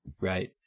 right